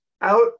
out